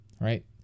right